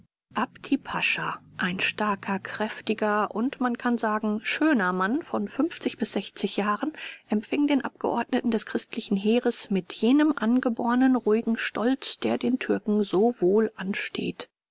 apti pascha ein starker kräftiger und man kann sagen schöner mann von fünfzig bis sechzig jahren empfing den abgeordneten des christlichen heeres mit jenem angebornen ruhigen stolz der den türken so wohl ansteht